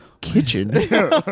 kitchen